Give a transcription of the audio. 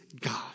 God